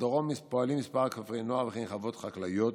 בדרום פועלים כמה כפרי נוער, וכן חוות חקלאיות.